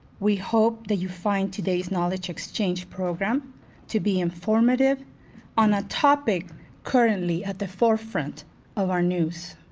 we hope that you find today's knowledge exchange program to be informative on a topic currently at the forefront of our news.